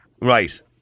Right